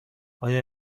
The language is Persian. آیا